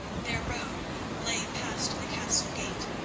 their road lay past the castle gate,